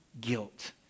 guilt